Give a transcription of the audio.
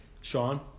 Sean